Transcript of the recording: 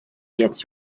get